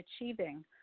achieving